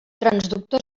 transductor